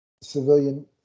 civilian